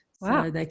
Wow